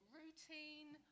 routine